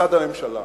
בצד הממשלה.